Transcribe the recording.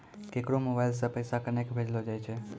केकरो मोबाइल सऽ पैसा केनक भेजलो जाय छै?